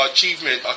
Achievement